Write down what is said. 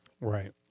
Right